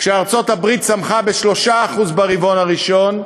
כשארצות-הברית צמחה ב-3% ברבעון הראשון,